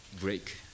break